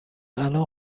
الان